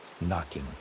knocking